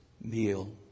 meal